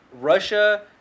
Russia